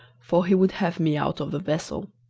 for he would have me out of the vessel.